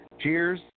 Cheers